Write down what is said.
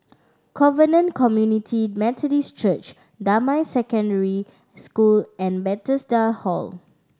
Covenant Community Methodist Church Damai Secondary School and Bethesda Hall